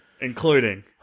Including